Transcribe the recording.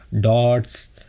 dots